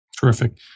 Terrific